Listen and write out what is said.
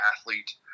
athlete